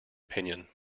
opinion